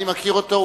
אני מכיר אותו,